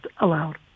allowed